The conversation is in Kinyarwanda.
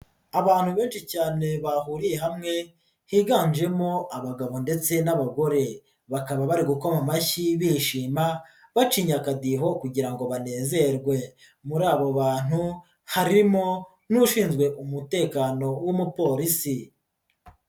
Abantu benshi cyane bahuriye hamwe, higanjemo abagabo ndetse n'abagore, bakaba bari gukoma amashyi bishima, bacinya akadiho kugira ngo banezerwe, muri abo bantu harimo n'ushinzwe umutekano w'umupolisi.